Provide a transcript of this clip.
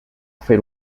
fer